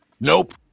nope